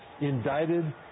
indicted